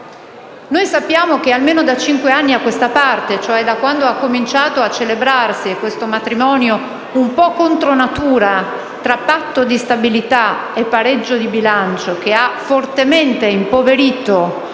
Sappiamo che almeno da cinque anni a questa parte, da quando si è cominciato a celebrare questo matrimonio contro natura tra Patto di stabilità e pareggio di bilancio, che ha fortemente impoverito